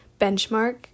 benchmark